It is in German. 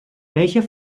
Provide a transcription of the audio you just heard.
welcher